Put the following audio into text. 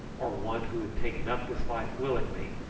or one who had taken up this life willingly,